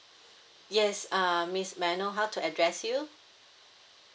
yes uh miss may I know how to address you